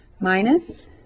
Minus